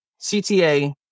CTA